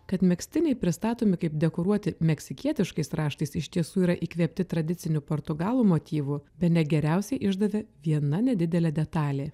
kad megztiniai pristatomi kaip dekoruoti meksikietiškais raštais iš tiesų yra įkvėpti tradicinių portugalų motyvų bene geriausiai išdavė viena nedidelė detalė